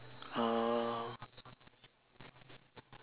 uh